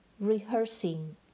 rehearsing